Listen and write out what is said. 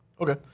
Okay